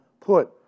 put